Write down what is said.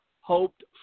Hoped